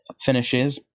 finishes